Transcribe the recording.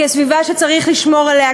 כסביבה שצריך לשמור עליה,